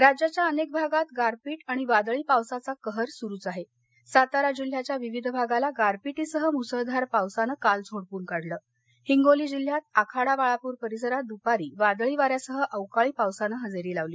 हवामान राज्याच्या अनक्रिभागात गारपीट आणि वादळी पावसाचा कहर सुरूच आह सातारा जिल्ह्याच्या विविध भागाला गारपीटीसह मुसळधार पावसानं काल झोडपुन काढल हिंगोली जिल्ह्यात आखाडा बाळापूर परिसरात दुपारी वादळी वाऱ्यासह अवकाळी पावसानडिजरीलावली